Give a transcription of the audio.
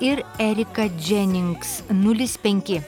ir erika dženinks nulis penki